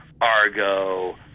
Argo